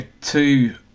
two